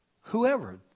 whoever